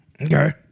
Okay